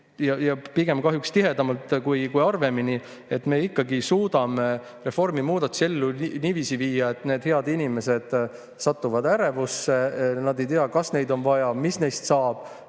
pigem kahjuks tihedamalt kui harvemini, et me ikkagi suudame reformi muudatusi ellu viia niiviisi, et need head inimesed satuvad ärevusse. Nad ei tea, kas neid on vaja, mis neist saab.